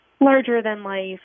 larger-than-life